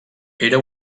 era